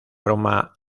broma